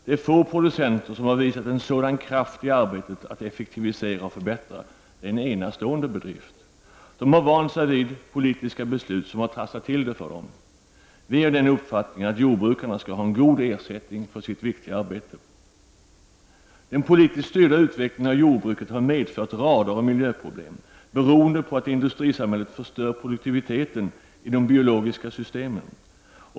Det är få producenter som har visat en sådan kraft i arbetet att effektivisera och förbättra. En enastående bedrift. De har vant sig vid politiska beslut som har trasslat till det för dem. Vi är av den uppfattningen att jordbrukarna skall ha en god ersättning för sitt viktiga arbete. Den politiskt styrda utvecklingen av jordbruket har medfört rader av miljöproblem, beroende på att industrisamhället förstör produktiviteten i de biologiska systemen.